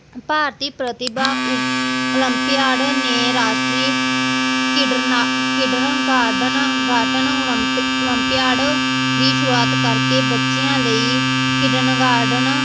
ਭਾਰਤੀ ਪ੍ਰਤਿਭਾ ਓ ਓਲੰਪਿਆਡ ਨੇ ਰਾਸ਼ਟਰੀ ਕਿਡਰਨ ਨਾ kindergarten garden olympic olympiad ਦੀ ਸ਼ੁਰੂਆਤ ਕਰਕੇ ਬੱਚਿਆਂ ਲਈ ਕਿਡਨਗਾਰਡਨ